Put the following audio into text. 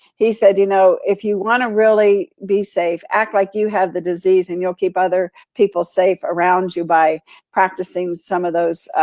he said you know if you wanna really be safe, act like you have the disease and you'll keep other people safe around you by practicing some of those,